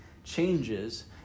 Changes